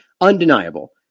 undeniable